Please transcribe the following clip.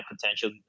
potential